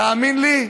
תאמין לי,